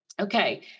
Okay